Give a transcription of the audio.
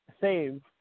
save